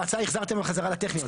בהצעה החזרתם חזרה לטכניון,